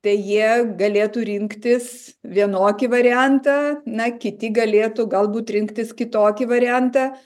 tai jie galėtų rinktis vienokį variantą na kiti galėtų galbūt rinktis kitokį variantą